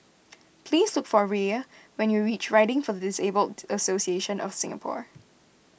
please look for Rhea when you reach Riding for the Disabled Association of Singapore